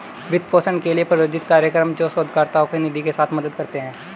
वित्त पोषण के लिए, प्रायोजित कार्यक्रम हैं, जो शोधकर्ताओं को निधि के साथ मदद करते हैं